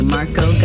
Marco